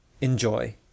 Enjoy